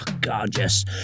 Gorgeous